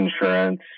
insurance